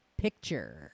Picture